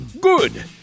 Good